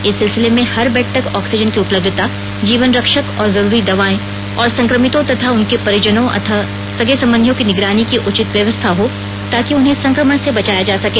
इस सिलसिले में हर बेड तक ऑक्सीजन की उपलब्धता जीवन रक्षक और जरूरी दवाएं और संक्रमितों तथा उनके परिजनों अथवा सगे संबंधितों की निगरानी की उचित व्यवस्था हो ताकि उन्हें संक्रमण से बचाया जा सके